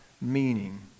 meaning